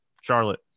Charlotte